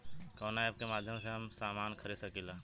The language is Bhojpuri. कवना ऐपके माध्यम से हम समान खरीद सकीला?